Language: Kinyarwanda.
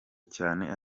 cyane